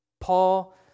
Paul